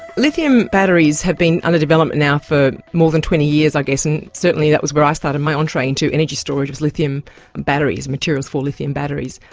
lithium batteries have been under development now for more than twenty years i guess, and certainly that was where i started my entree into energy storage, was lithium batteries, materials for lithium batteries.